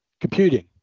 computing